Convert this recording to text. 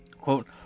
Quote